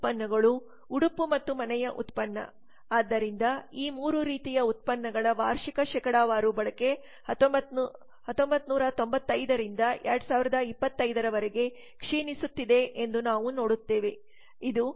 ಉಡುಪು ಮತ್ತು ಮನೆಯ ಉತ್ಪನ್ನ ಆದ್ದರಿಂದ ಈ 3 ರೀತಿಯ ಉತ್ಪನ್ನಗಳ ವಾರ್ಷಿಕ ಶೇಕಡಾವಾರು ಬಳಕೆ 1995 ರಿಂದ 2025 ರವರೆಗೆ ಕ್ಷೀಣಿಸುತ್ತಿದೆ ಎಂದು ನಾವು ನೋಡುತ್ತೇವೆ